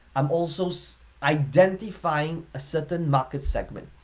i'm also so identifying a certain market segment.